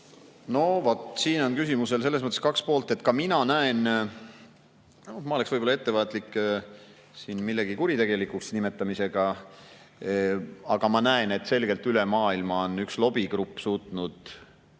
No vot. Siin on küsimusel selles mõttes kaks poolt. Ma oleksin võib-olla ettevaatlik siin millegi kuritegelikuks nimetamisega, aga ma näen, et selgelt on üle maailma üks lobigrupp suutnud